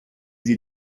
sie